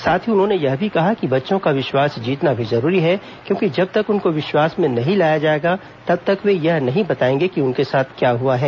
साथ ही उन्होंने यह भी कहा कि बच्चों का विश्वास जीतना भी जरूरी है क्योंकि जब तक उनको विश्वास में नहीं लाया जाएगा तब तक वे यह नहीं बताएंगे कि उनके साथ क्या हुआ है